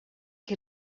que